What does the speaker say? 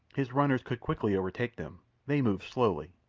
his runners could quickly overtake them they move slowly.